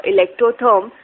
Electrotherm